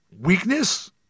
weakness